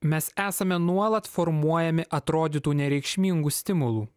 mes esame nuolat formuojami atrodytų nereikšmingų stimulų